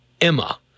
Emma